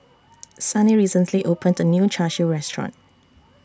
Sunny recently opened A New Char Siu Restaurant